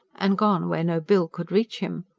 and gone where no bill could reach him.